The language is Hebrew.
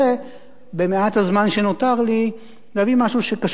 במעט הזמן שנותר לי, להביא משהו שקשור לימים אלה.